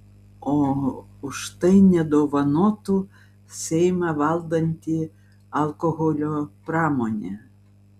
o už tai nedovanotų seimą valdanti alkoholio pramonė